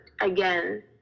again